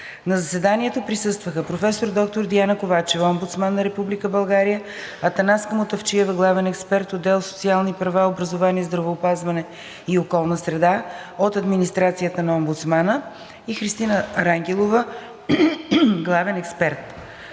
На заседанието присъстваха: професор доктор Диана Ковачева – Омбудсман на Република България, Атанаска Мутафчиева – главен експерт, отдел „Социални права, образование, здравеопазване и околна среда“ от администрацията на омбудсмана и Христина Рангелова – главен експерт,